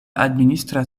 administra